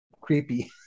creepy